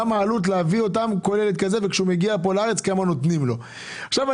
העלות להביא כל ילד כזה וכמה נותנים לו כשהוא מגיע לארץ.